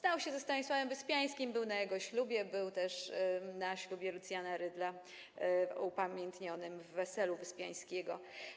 Znał się ze Stanisławem Wyspiańskim, był na jego ślubie, był też na ślubie Lucjana Rydla upamiętnionym w „Weselu” Wyspiańskiego.